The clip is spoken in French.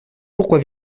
pourquoi